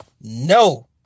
No